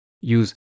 Use